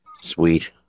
Sweet